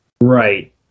Right